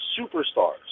superstars